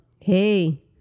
Hey